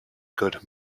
good